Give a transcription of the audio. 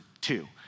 two